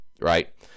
right